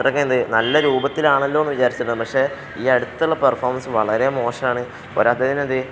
അത്രയ്ക്ക് എന്ത് നല്ല രൂപത്തിലാണല്ലോ എന്ന് വിചാരിച്ചിട്ടുണ്ട് പക്ഷേ ഈ അടുത്തുള്ള പെർഫോമൻസ് വളരെ മോശമാണ് പോരാത്തതിനത്